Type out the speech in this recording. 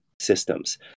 systems